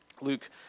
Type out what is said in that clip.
Luke